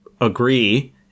agree